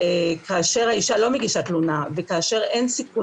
כאשר האישה לא מגישה תלונה וכאשר אין סיכון